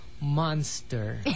Monster